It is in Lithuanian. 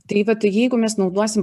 tai va jeigu mes naudosim